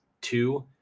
two